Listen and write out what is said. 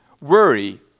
Worry